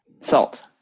Salt